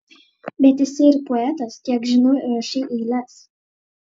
bet esi ir poetas kiek žinau rašai eiles